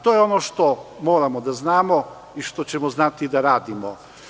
To je ono što moramo da znamo i što ćemo znati da radimo.